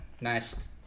nice